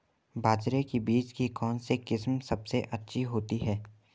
बाजरे के बीज की कौनसी किस्म सबसे अच्छी होती है?